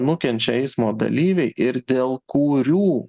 nukenčia eismo dalyviai ir dėl kurių